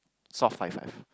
soft high five